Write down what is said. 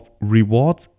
rewards